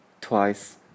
twice